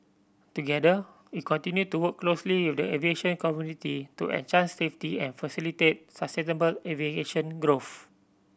together we continue to work closely with the aviation community to enhance safety and facilitate sustainable aviation growth